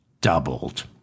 doubled